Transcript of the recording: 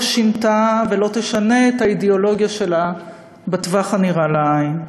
לא שינתה ולא תשנה את האידיאולוגיה שלה בטווח הנראה לעין.